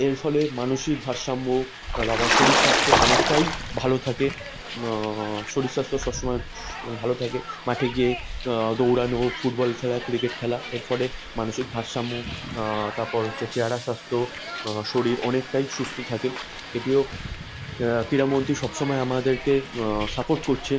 এর ফলে মানসিক ভারসাম্য তারপর শরীর স্বাস্থ্য অনেকটাই ভালো থাকে শরীর স্বাস্থ্য সবসময় স ভালো থাকে মাঠে গিয়ে দৌড়ানো ফুটবল খেলা ক্রিকেট খেলা এর ফলে মানসিক ভারসাম্য তারপর হচ্ছে চেহারা স্বাস্থ্য শরীর অনেকটাই সুস্থ থাকে এটিও ক্রীড়ামন্ত্রী সবসময় আমাদেরকে সাপোর্ট করছে